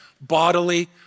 Bodily